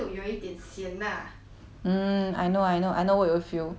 mm I know I know I know what you feel cause 有些有些